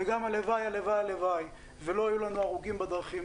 וגם הלוואי הלוואי הלוואי ולא יהיו לנו הרוגים בדרכים,